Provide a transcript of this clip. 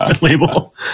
label